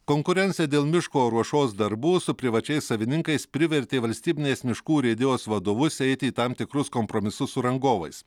konkurencija dėl miško ruošos darbų su privačiais savininkais privertė valstybinės miškų urėdijos vadovus eiti į tam tikrus kompromisus su rangovais